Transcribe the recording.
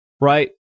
right